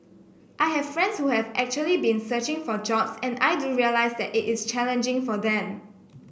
I have friends who have actually been searching for jobs and I do realize that it is challenging for them